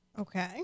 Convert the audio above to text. Okay